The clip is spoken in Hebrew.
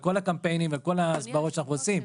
כל הקמפיינים וכל ההסברות שאנחנו עושים.